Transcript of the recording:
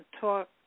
talk